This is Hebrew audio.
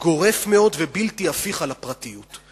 גורף מאוד ובלתי הפיך על הפרטיות.